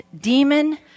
demon